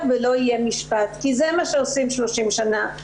ולא יהיה משפט' כי זה מה שעושים 30 שנה.